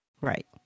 Right